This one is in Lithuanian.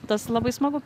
tas labai smagu